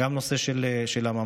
וגם הנושא של הממ"דים.